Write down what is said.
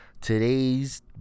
today's